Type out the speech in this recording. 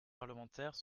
parlementaires